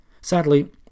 Sadly